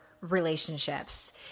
relationships